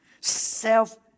Self